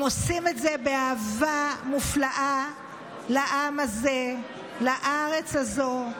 הם עושים את זה באהבה מופלאה לעם הזה, לארץ הזו,